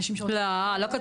האנשים שרוצים לפגוע בהם.